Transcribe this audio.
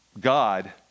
God